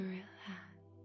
relax